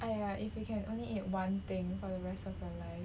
!aiya! if we can only eat one thing for the rest of your life